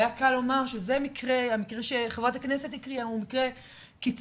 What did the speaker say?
והיה קל לומר שהמקרה שחברת הכנסת הקריאה הוא מקרה קיצון,